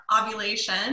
ovulation